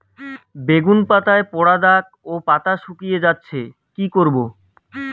বেগুন পাতায় পড়া দাগ ও পাতা শুকিয়ে যাচ্ছে কি করব?